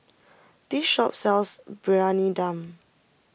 this shop sells Briyani Dum